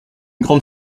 grande